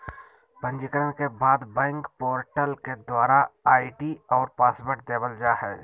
पंजीकरण के बाद बैंक पोर्टल के द्वारा आई.डी और पासवर्ड देवल जा हय